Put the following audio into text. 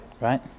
Right